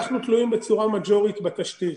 אנחנו תלויים בצורה מז'ורית בתשתית.